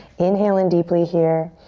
inhale in deeply here.